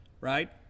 right